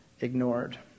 ignored